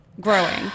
growing